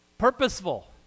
Purposeful